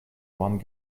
one